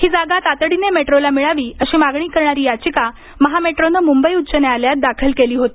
ही जागा तातडीने मेट्रोला मिळावी अशी मागणी करणारी याचिका महामेट्रोनं मुंबई उच्च न्यायालयात दाखल केली होती